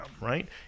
right